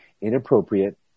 inappropriate